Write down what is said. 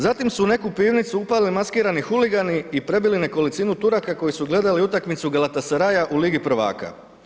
Zatim su u neku pivnicu upali maskirani huligani i prebili nekolicinu Turaka koji su gledali utakmicu Galatasaraya u ligi prvaka.